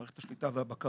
מערכת השליטה והבקרה